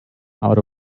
out